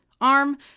arm